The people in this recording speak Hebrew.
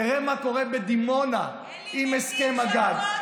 תראה מה קורה בדימונה עם הסכם הגג.